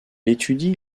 étudie